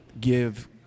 give